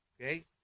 okay